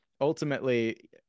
ultimately